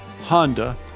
Honda